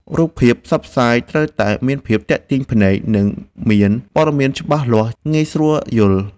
រូបភាពផ្សព្វផ្សាយត្រូវតែមានភាពទាក់ទាញភ្នែក និង មានព័ត៌មានច្បាស់លាស់ងាយស្រួលយល់។